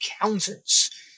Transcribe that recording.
accountants